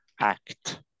act